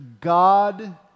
god